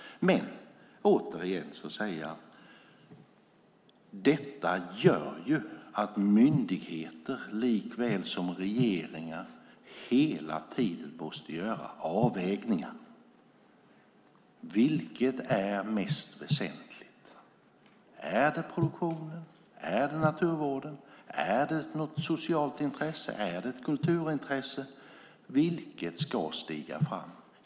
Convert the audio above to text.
Återigen vill jag säga att detta gör att myndigheter likaväl som regeringar hela tiden måste göra avvägningar: Vilket är mest väsentligt - produktionen, naturvården, något socialt intresse eller ett kulturintresse?